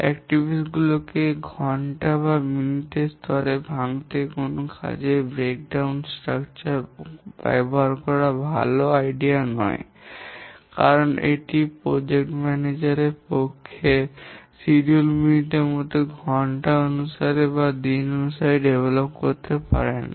কার্যক্রম গুলিকে ঘন্টা বা মিনিটের স্তরে ভাঙতে কোনও কাজের ভাঙ্গন গঠন ব্যবহার করা ভাল ধারণা নয় কারণ এটি প্রকল্প ম্যানেজার এর পক্ষে সময়সূচী মিনিটের মতো ঘন্টা অনুসারে বা দিন অনুসারে বিকাশ করতে পারে না